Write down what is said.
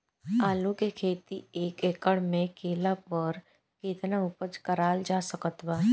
आलू के खेती एक एकड़ मे कैला पर केतना उपज कराल जा सकत बा?